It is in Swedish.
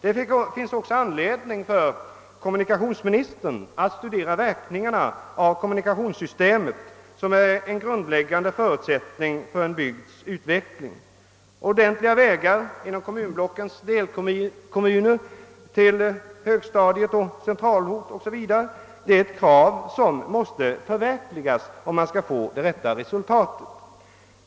Det finns också anledning för kommunikationsministern att studera verkningarna av kommunikationssystemet, som är en grundläggande förutsättning för en bygds utveckling. Ordentliga vägar inom kommunblockens delkommuner till högstadieskola, centralort o. s. v. är ett krav som måste förverkligas, om man skall få det rätta resultatet.